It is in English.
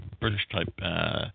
British-type